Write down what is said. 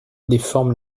déforme